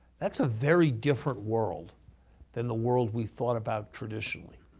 that's a very different world than the world we thought about traditionally.